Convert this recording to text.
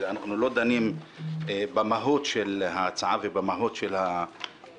אנחנו לא דנים במהות של ההצעה ובמהות של התיקון.